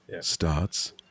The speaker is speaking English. starts